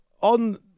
on